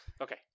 Okay